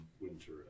winter